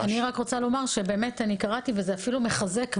אני רק רוצה לומר שקראתי וזה אפילו מחזק.